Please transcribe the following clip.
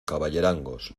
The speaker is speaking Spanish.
caballerangos